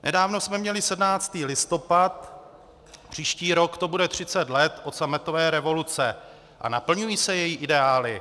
Nedávno jsme měli 17. listopad, příští rok to bude 30 let od sametové revoluce, a naplňují se její ideály?